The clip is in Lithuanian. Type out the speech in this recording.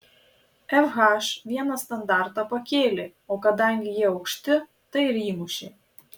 fh vieną standartą pakėlė o kadangi jie aukšti tai ir įmušė